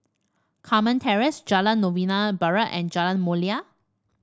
Carmen Terrace Jalan Novena Barat and Jalan Mulia